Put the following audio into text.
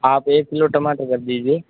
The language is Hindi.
आप एक किलो टमाटर कर दीजिए